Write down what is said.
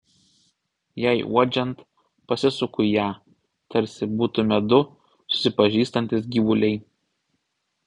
jai uodžiant pasisuku į ją tarsi būtumėme du susipažįstantys gyvuliai